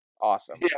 Awesome